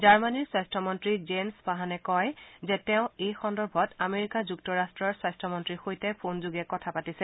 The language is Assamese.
জাৰ্মানীৰ স্বাস্থ্যমন্ত্ৰী জেন স্পাহানে কয় যে তেওঁ এই সন্দৰ্ভত আমেৰিকা যুক্তৰাট্টৰ স্বাস্থ্যমন্ত্ৰীৰ সৈতে ফোনযোগে কথা পাতিছে